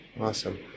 Awesome